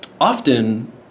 often